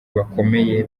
bakomeye